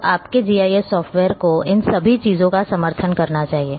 तो आपके GIS software को इन सभी चीजों का समर्थन करना चाहिए